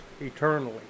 eternally